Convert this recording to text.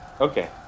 Okay